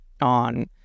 on